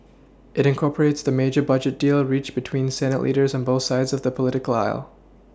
it incorporates the major budget deal reached between Senate leaders on both sides of the political aisle